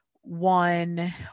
one